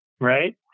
right